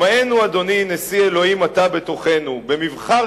שמענו אדני נשיא אלהים אתה בתוכנו במבחר